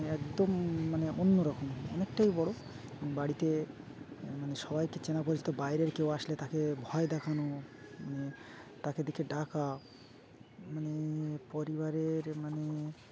একদম মানে অন্য রকম অনেকটাই বড়ো বাড়িতে মানে সবাইকে চেনা বলছে তো বাইরের কেউ আসলে তাকে ভয় দেখানো মানে তাকে দেখিকে ডাকা মানে পরিবারের মানে